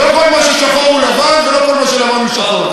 לא כל מה ששחור הוא לבן ולא כל מה שלבן הוא שחור,